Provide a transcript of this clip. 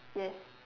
yes